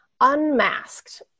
Unmasked